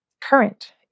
current